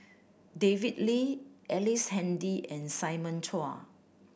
David Lee Ellice Handy and Simon Chua